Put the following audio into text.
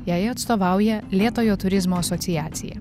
jai atstovauja lėtojo turizmo asociacija